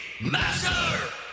master